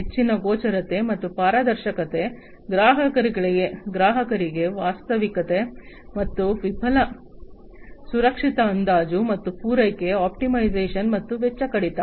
ಹೆಚ್ಚಿನ ಗೋಚರತೆ ಮತ್ತು ಪಾರದರ್ಶಕತೆ ಗ್ರಾಹಕರಿಗೆ ವಾಸ್ತವಿಕ ಮತ್ತು ವಿಫಲ ಸುರಕ್ಷಿತ ಅಂದಾಜು ಮತ್ತು ಪೂರೈಕೆ ಆಪ್ಟಿಮೈಸೇಶನ್ ಮತ್ತು ವೆಚ್ಚ ಕಡಿತ